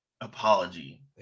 apology